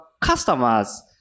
customers